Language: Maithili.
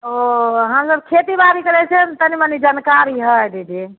ओ हमसभ खेती बाड़ी करै छियै ने तनि मनि जानकारी हय दीदी